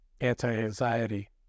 anti-anxiety